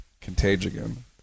Contagion